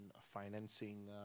financing